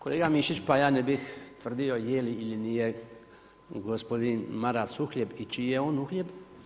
Kolega Mišić, pa ja ne bih tvrdio jeli ili nije gospodin Maras uhljeb i čiji je on uhljeb.